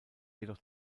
jedoch